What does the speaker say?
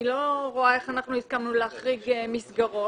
אני לא רואה איך הסכמנו להחריג מסגרות.